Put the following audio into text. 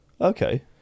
Okay